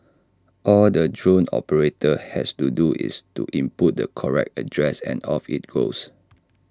all the drone operator has to do is to input the correct address and off IT goes